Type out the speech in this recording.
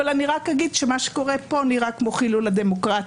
אבל אני רק אגיד שמה שקורה פה נראה כמו חילול הדמוקרטיה.